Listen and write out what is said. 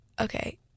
okay